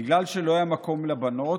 בגלל שלא היה מקום לבנות,